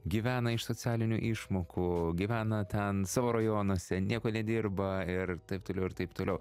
gyvena iš socialinių išmokų gyvena ten savo rajonuose nieko nedirba ir taip toliau ir taip toliau